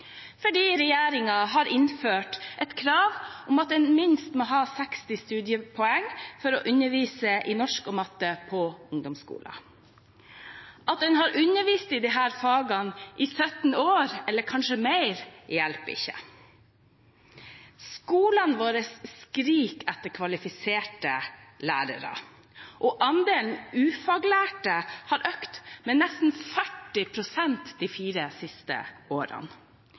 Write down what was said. fordi regjeringen har innført et krav om at en minst må ha 60 studiepoeng for å undervise i norsk og matte på ungdomsskolen. At en har undervist i disse fagene i 17 år eller kanskje mer, hjelper ikke. Skolene våre skriker etter kvalifiserte lærere, men andelen ufaglærte har økt med nesten 40 pst. de fire siste årene.